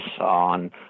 on